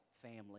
family